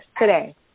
today